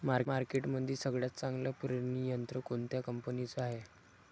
मार्केटमंदी सगळ्यात चांगलं पेरणी यंत्र कोनत्या कंपनीचं हाये?